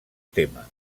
tema